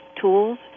tools